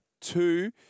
two